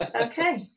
okay